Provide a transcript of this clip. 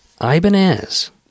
Ibanez